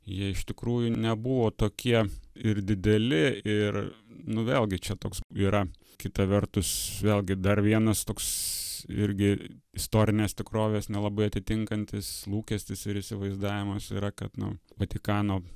jie iš tikrųjų nebuvo tokie ir dideli ir nu vėlgi čia toks yra kita vertus vėlgi dar vienas toks irgi istorinės tikrovės nelabai atitinkantis lūkestis ir įsivaizdavimas yra kad na vatikano